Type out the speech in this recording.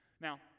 Now